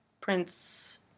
Prince